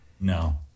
No